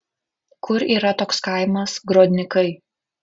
kur yra toks kaimas grodnikai